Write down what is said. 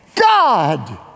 God